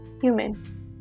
human